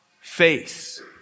face